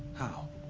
how?